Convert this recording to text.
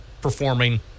performing